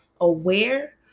aware